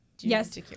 Yes